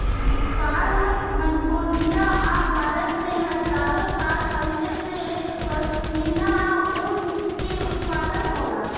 Nepal, Mongolia आ भारत में हजारो साल पहिले से पश्मीना ऊन के उत्पादन होला